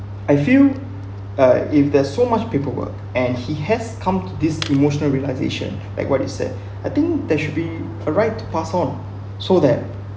I feel uh if there's so much paperwork and he has come to this emotional realisation like what you said I think there should be a right to pass on so that